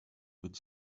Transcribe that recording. wird